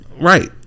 Right